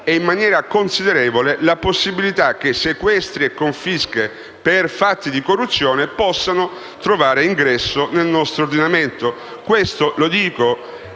in maniera considerevole la possibilità che sequestri e confische per fatti di corruzione possano trovare ingresso nel nostro ordinamento. E dico